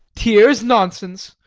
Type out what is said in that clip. tears? nonsense,